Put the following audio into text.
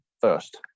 first